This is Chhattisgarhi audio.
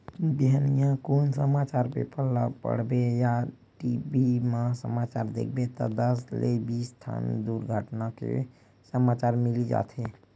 बिहनिया कुन समाचार पेपर ल पड़बे या टी.भी म समाचार देखबे त दस ले बीस ठन दुरघटना के समाचार मिली जाथे